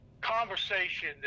conversation